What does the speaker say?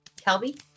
Kelby